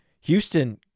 Houston